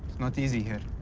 not easy here.